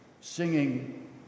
singing